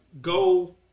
go